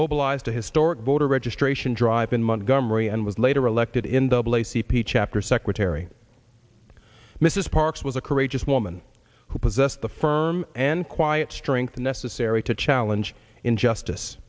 mobilized a historic voter registration drive in montgomery and was later elected in the bill a c p chapter secretary mrs parks was a courageous woman who possessed the firm and quiet strength necessary to challenge injustice